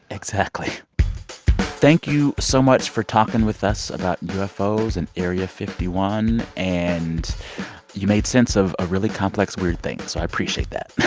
exactly thank you so much for talking with us about ufos and area fifty one. and you made sense of a really complex weird thing, so i appreciate that.